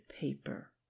paper